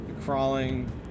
crawling